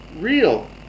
real